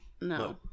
No